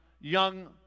young